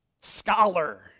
scholar